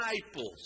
disciples